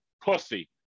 pussy